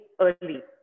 early